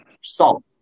salt